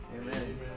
Amen